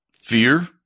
Fear